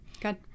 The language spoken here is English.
Good